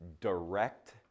direct